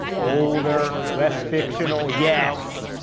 older. less fictional. yes,